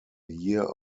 year